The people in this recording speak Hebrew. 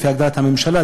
לפי הגדרת הממשלה,